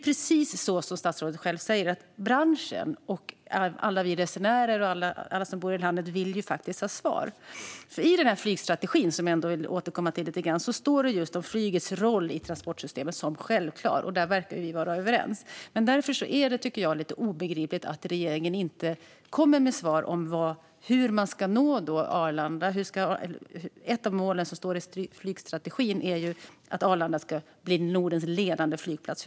Precis som statsrådet själv säger vill branschen, alla vi resenärer och alla som bor i det här landet ha svar. I flygstrategin, som jag vill återkomma till lite grann, står det att flygets roll i transportsystemet är självklar, och om det verkar vi vara överens. Därför tycker jag att det är lite obegripligt att regeringen inte kommer med något svar när det gäller Arlanda. Ett av målen i flygstrategin är ju att Arlanda ska bli Nordens ledande flygplats.